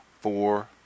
four